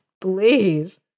please